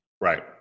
Right